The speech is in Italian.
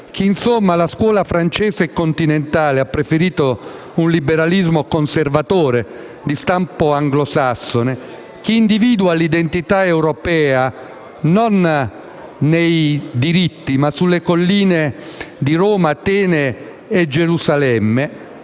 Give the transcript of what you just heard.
chi insomma alla scuola francese e continentale ha preferito un liberalismo conservatore di stampo anglosassone; chi individua l'identità europea non nei diritti, ma sulle colline di Roma, Atene e Gerusalemme,